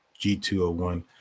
G201